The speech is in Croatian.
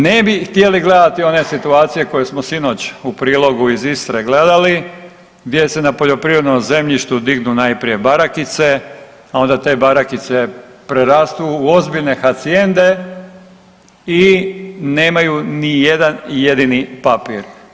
Ne bi htjeli gledati one situacije koje smo sinoć u prilogu iz Istre gledali gdje se na poljoprivrednom zemljištu najprije barakice, a onda te barakice prerastu u ozbiljne hacijende i nemaju nijedan jedini papir.